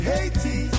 Haiti